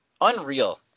Unreal